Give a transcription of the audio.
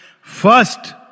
First